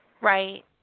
right